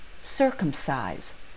circumcise